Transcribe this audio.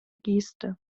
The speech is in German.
geste